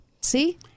See